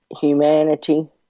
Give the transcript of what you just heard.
humanity